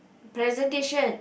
presentation